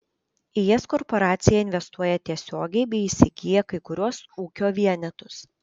į jas korporacija investuoja tiesiogiai bei įsigyja kai kuriuos ūkio vienetus